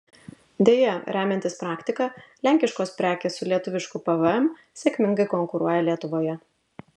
deja remiantis praktika lenkiškos prekės su lietuvišku pvm sėkmingai konkuruoja lietuvoje